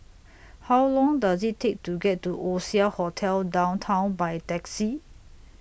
How Long Does IT Take to get to Oasia Hotel Downtown By Taxi